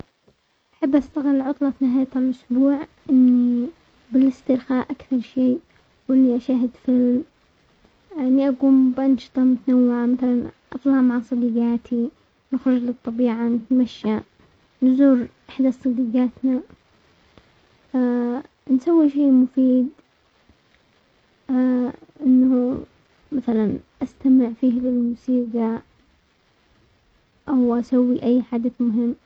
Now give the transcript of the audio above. احب استغل العطلة نهاية الاسبوع اني بالاسترخاء اكثر شيء، واني اشاهد فيلم، اني اقوم بانشطة متنوعة مثلا اطلع مع صديقاتي نخرج للطبيعة نتمشى، نزور احدى الصديقاتنا، نسوي شي مفيد انه مثلا استمع فيه للموسيقى او اسوي اي حدث مهم.